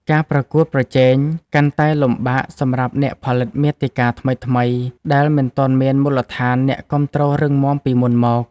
ការប្រកួតប្រជែងកាន់តែពិបាកសម្រាប់អ្នកផលិតមាតិកាថ្មីៗ ដែលមិនទាន់មានមូលដ្ឋានអ្នកគាំទ្ររឹងមាំពីមុនមក។